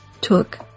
took